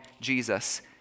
Jesus